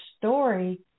story